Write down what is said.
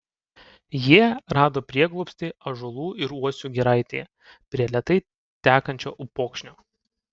jie rado prieglobstį ąžuolų ir uosių giraitėje prie lėtai tekančio upokšnio